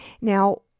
Now